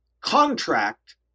contract